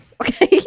okay